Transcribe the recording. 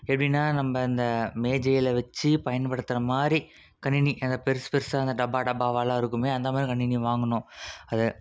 எப்படின்னா நம்ம இந்த மேஜையில் வச்சி பயன்படுத்துறமாதிரி கணினி அந்த பெருசு பெருச அந்த டப்பா டப்பாவாலாம் இருக்கும் அந்தமாதிரி கணினி வாங்கினோம் அதை